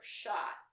shot